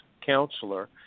counselor